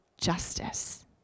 justice